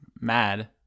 mad